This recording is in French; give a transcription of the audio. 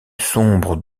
sombre